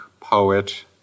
poet